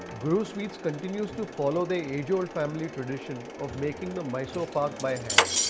guru sweets continues to follow their age-old family tradition of making the mysore pak by hand.